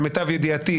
למיטב ידיעתי,